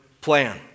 plan